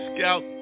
Scout